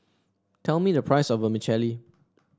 tell me the price of Vermicelli